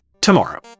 tomorrow